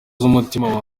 z’umutima